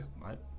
right